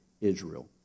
Israel